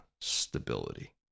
stability